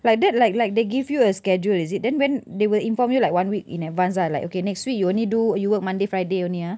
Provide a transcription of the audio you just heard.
like that like like they give you a schedule is it then when they will inform you like one week in advance ah like okay next week you only do you work monday friday only ah